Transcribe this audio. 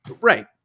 Right